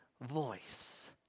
voice